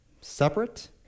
Separate